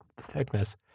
thickness